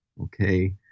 okay